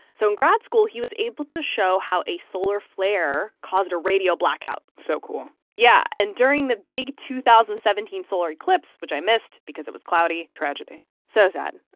so in grad school, he was able to show how a solar flare caused a radio blackout so cool yeah. and during the big two thousand and seventeen solar eclipse, which i missed because it was cloudy. tragedy so sad.